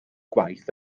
gwaith